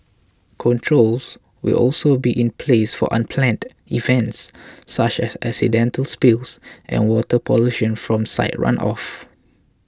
controls will also be in place for unplanned events such as accidental spills and water pollution from site runoff